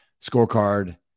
scorecard